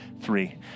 three